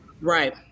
Right